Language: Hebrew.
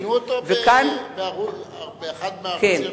ראיינו אותו באחד מהערוצים.